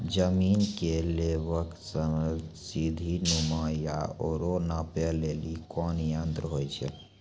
जमीन के लेवल समतल सीढी नुमा या औरो नापै लेली कोन यंत्र होय छै?